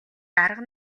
дарга